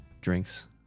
drinks